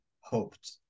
hoped